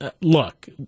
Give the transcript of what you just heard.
look